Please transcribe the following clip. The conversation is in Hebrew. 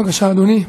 בבקשה, אדוני.